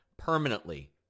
permanently